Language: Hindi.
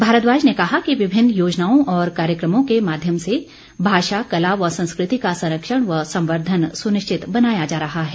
मांरद्वाज ने कहा कि विभिन्न योजनाओं और कार्यक्रमों के माध्यम से भाषा कला व संस्कृति का संरक्षण व संवर्द्वन सुनिश्चित बनाया जा रहा है